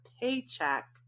paycheck